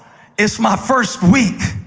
it's my first week.